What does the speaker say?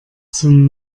zum